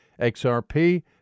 XRP